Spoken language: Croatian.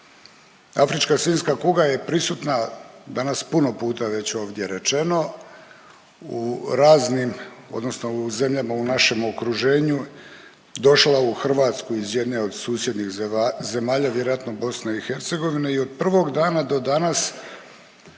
Afrička svinjska kuga je prisutna danas puno puta već ovdje rečeno u raznim odnosno u zemljama u našem okruženju, došla je u Hrvatsku iz jedne od susjednih zemalja, vjerojatno BiH i od prvog dana do danas